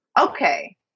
okay